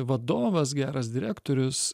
vadovas geras direktorius